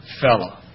fellow